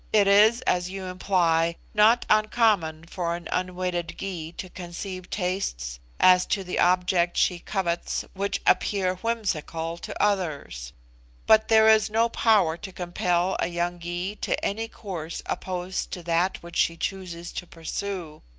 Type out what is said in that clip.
it is, as you imply, not uncommon for an unwedded gy to conceive tastes as to the object she covets which appear whimsical to others but there is no power to compel a young gy to any course opposed to that which she chooses to pursue.